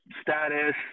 status